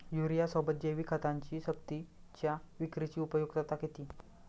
युरियासोबत जैविक खतांची सक्तीच्या विक्रीची उपयुक्तता किती?